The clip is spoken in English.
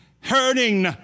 hurting